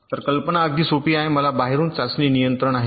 तर ही कल्पना अगदी सोपी आहे मला बाहेरून चाचणी नियंत्रण आहे